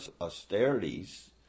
austerities